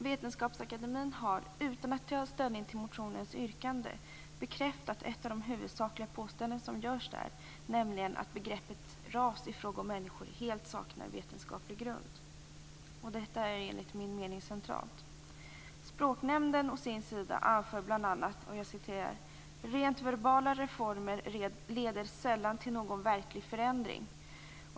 Vetenskapsakademien har, utan att stödja sig på motionens yrkanden, bekräftat ett av de huvudsakliga påståenden som görs där, nämligen att begreppet ras i fråga om människor helt saknar vetenskaplig grund. Detta är, enligt min mening, centralt. Språknämnden anför att "rent verbala reformer leder sällan till någon verklig förändring".